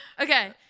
Okay